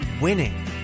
winning